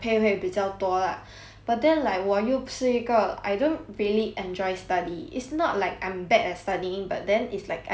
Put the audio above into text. but then like 我又不是一个 I don't really enjoy study it's not like I'm bad at studying but then it's like I just don't enjoy studying